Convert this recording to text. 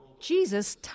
Jesus